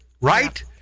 Right